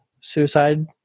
suicide